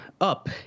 up